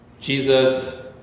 Jesus